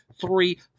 three